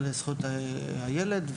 לזכויות הילד שעסקה בזה,